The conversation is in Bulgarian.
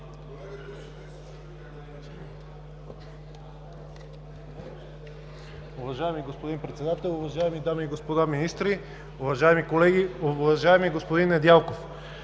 Уважаеми господин Председател, уважаеми дами и господа министри, уважаеми колеги! Уважаеми господин Недялков,